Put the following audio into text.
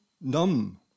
Numb